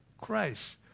Christ